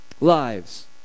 lives